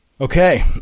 Okay